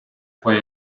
poi